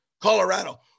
Colorado